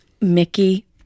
mickey